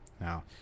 Now